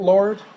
Lord